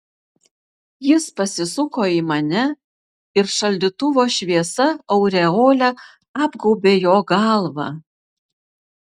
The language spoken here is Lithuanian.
jis pasisuko į mane ir šaldytuvo šviesa aureole apgaubė jo galvą